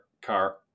car